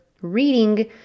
reading